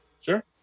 Sure